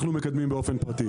אנחנו באופן פרטי.